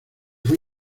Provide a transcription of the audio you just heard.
fue